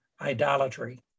idolatry